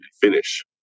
finish